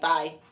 Bye